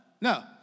no